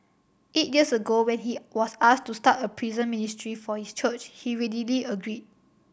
eight years ago when he was asked to start a prison ministry for his church he readily agreed